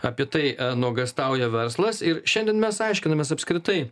apie tai nuogąstauja verslas ir šiandien mes aiškinamės apskritai